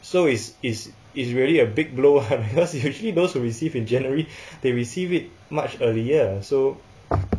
so it's it's it's really a big blow eh because usually those who receive in january they receive it much earlier so